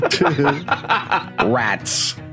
Rats